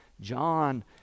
John